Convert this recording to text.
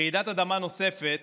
רעידת אדמה נוספת